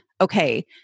Okay